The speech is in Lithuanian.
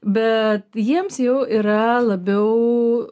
bet jiems jau yra labiau